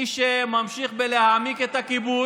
מי שממשיך להעמיק את הכיבוש,